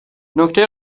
نکته